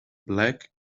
black